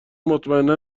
مطمئنا